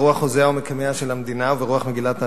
ברוח חוזיה ומקימיה של המדינה וברוח מגילת העצמאות.